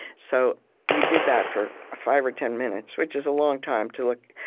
so we did that for five or ten minutes, which is a long time to look.